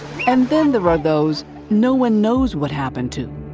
and then there are those no one knows what happened to.